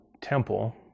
temple